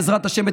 בעזרת השם,